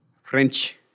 French